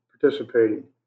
participating